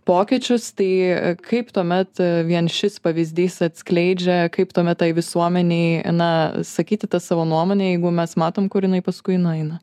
pokyčius tai kaip tuomet vien šis pavyzdys atskleidžia kaip tuomet tai visuomenei na sakyti tą savo nuomonę jeigu mes matom kur jinai paskui nueina